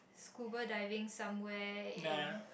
scuba diving somewhere in